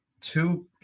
Two